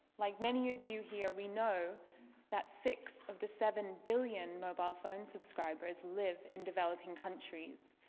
like many of you here, we know that six of the seven billion mobile phone subscribers live in developing countries.